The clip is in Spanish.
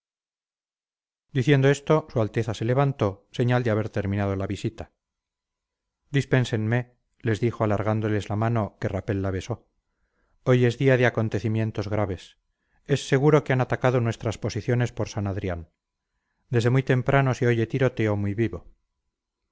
diciendo esto su alteza se levantó señal de haber terminado la visita dispénsenme les dijo alargándoles la mano que rapella besó hoy es día de acontecimientos graves es seguro que han atacado nuestras posiciones por san adrián desde muy temprano se oye tiroteo muy vivo